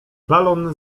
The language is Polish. balon